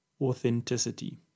authenticity